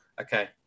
Okay